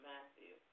Matthew